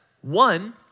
one